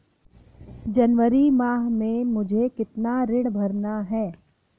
जनवरी माह में मुझे कितना ऋण भरना है?